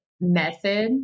method